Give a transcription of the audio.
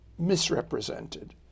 misrepresented